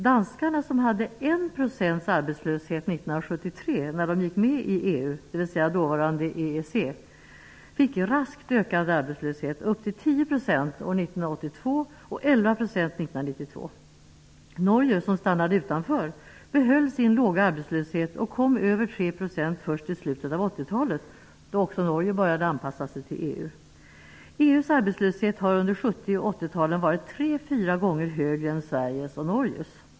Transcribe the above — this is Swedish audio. Danskarna, som hade 1 % arbetslöshet 1973, när de gick med i EU -- dvs. dåvarande EEC -- fick raskt ökande arbetslöshet, upp till 10 % år 1982 och 11 % 1992. Norge, som stannade utanför, behöll sin låga arbetslöshet och kom över 3 % först i slutet av 80-talet, då även Norge började anpassa sig till EU. EU:s arbetslöshet har under 70 och 80-talen varit tre fyra gånger högre än Sveriges och Norges.